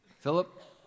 Philip